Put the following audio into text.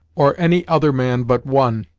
or any other man but one,